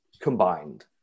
combined